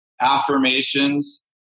affirmations